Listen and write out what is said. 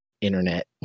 internet